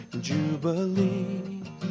Jubilee